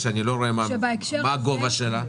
שאני לא רואה מה הגובה שלה.